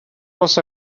was